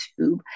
YouTube